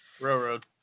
Railroad